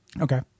Okay